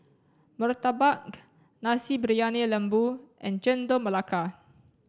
Murtabak Nasi Briyani Lembu and Chendol Melaka